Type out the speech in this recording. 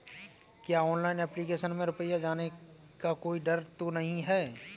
क्या online application में रुपया जाने का कोई डर तो नही है?